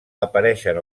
apareixen